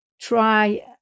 try